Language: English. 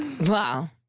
wow